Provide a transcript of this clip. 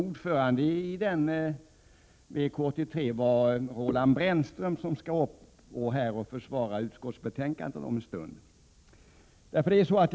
Ordförande i VK 83 var Roland Brännström, som om en stund kommer upp här i talarstolen för att försvara utskottsbetänkandet.